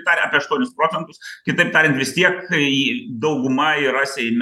dar apie aštuonis procentus kitaip tariant vis tiek kai dauguma yra seime